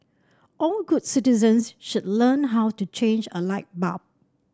all good citizens should learn how to change a light bulb